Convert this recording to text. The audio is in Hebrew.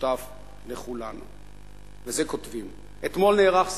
משותף לשנינו." אתמול נערך סקר.